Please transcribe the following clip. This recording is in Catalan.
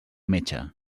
metge